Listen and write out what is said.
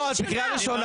על מה קריאה ראשונה?